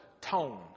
tone